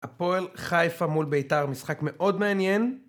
הפועל חיפה מול ביתר, משחק מאוד מעניין